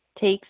takes